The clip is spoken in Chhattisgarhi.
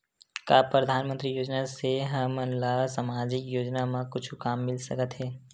का परधानमंतरी योजना से हमन ला सामजिक योजना मा कुछु काम मिल सकत हे?